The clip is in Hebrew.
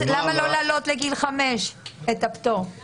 למה לא להעלות את הפטור לגיל 5?